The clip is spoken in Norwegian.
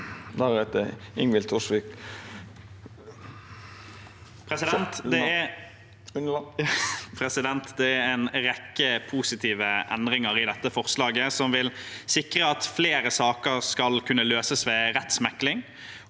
Det er en rekke positive endringer i dette forslaget som vil sikre at flere saker skal kunne løses ved rettsmekling.